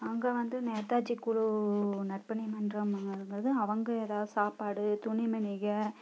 அங்கே வந்து நேதாஜி குழு நற்பணி மன்றம் அங்கே இருந்தது அவங்க ஏதாவது சாப்பாடு துணிமணிகள்